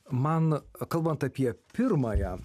man kalbant apie pirmąją